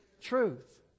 truth